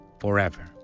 forever